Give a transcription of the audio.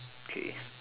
okay